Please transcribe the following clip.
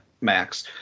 Max